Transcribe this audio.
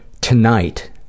Tonight